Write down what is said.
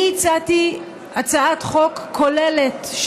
אני הצעתי הצעת חוק כוללת,